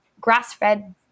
grass-fed